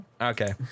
Okay